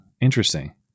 Interesting